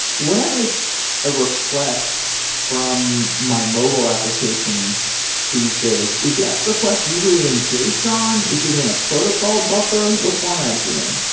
when i make a request from my mobile application these days, is that request usually in json? is it in a protocol buffer? what format is it in?